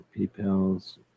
PayPal's